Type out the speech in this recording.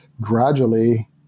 gradually